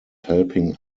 helping